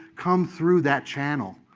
come through that channel.